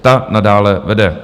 Ta nadále vede.